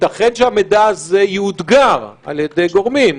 ייתכן שהמידע הזה יאותגר על ידי גורמים,